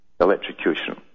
electrocution